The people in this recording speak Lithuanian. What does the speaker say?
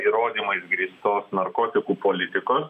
įrodymais grįstos narkotikų politikos